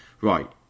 Right